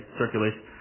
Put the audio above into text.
circulation